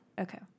Okay